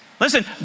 Listen